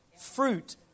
fruit